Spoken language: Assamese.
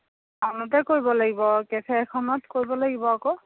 টাউনতে কৰিব লাগিব কেফে এখনত কৰিব লাগিব আকৌ